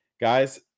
Guys